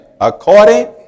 according